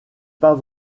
pas